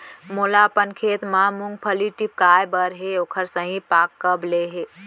मोला अपन खेत म मूंगफली टिपकाय बर हे ओखर सही पाग कब ले हे?